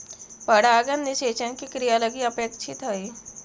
परागण निषेचन के क्रिया लगी अपेक्षित हइ